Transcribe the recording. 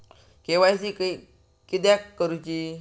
KYC किदयाक करूची?